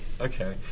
Okay